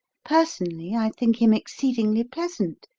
personally, i think him exceedingly pleasant,